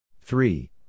Three